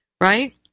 right